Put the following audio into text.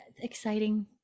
exciting